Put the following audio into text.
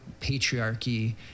patriarchy